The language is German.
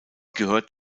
gehört